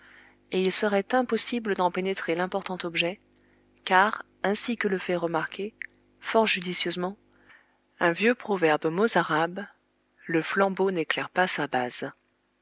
et il serait impossible d'en pénétrer l'important objet car ainsi que le fait remarquer fort judicieusement un vieux proverbe mozarabe le flambeau n'éclaire pas sa base